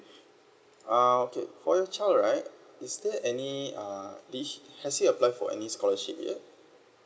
uh okay for your child right is there any uh this has he apply for any scholarship yet